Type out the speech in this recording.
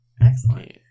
Excellent